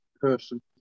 person